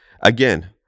Again